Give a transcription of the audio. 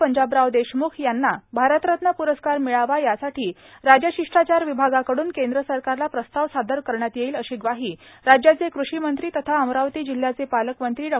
पंजाबराव देशमुख यांना भारतरत्न पुरस्कार मिळावा यासाठी राजशिष्टाचार विभागाकडून केंद्र सरकारला प्रस्ताव सादर करण्यात येईल अशी ग्वाही राज्याचे कृषी मंत्री तथा अमरावती जिल्ह्याचे पालकमंत्री डॉ